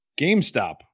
GameStop